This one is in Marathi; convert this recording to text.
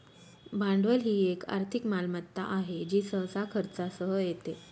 भांडवल ही एक आर्थिक मालमत्ता आहे जी सहसा खर्चासह येते